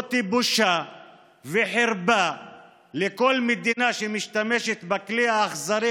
זאת בושה וחרפה לכל מדינה שמשתמשת בכלי האכזרי,